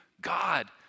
God